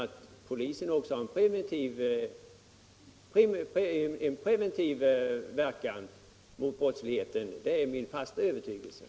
Att polisen har också en preventiv effekt på brottsligheten är min fasta övertygelse.